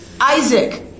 Isaac